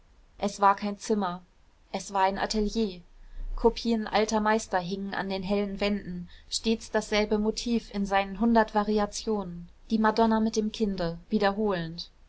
es war kein zimmer es war ein atelier kopien alter meister hingen an den hellen wänden stets dasselbe motiv in seinen hundert variationen die madonna mit dem kinde wiederholend